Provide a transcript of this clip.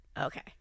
Okay